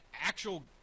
actual